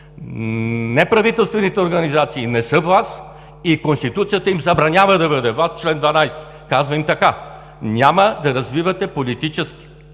Неправителствените организации не са власт и Конституцията им забранява да бъдат власт. В чл. 12 казва им така: нямате право на политически